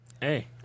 hey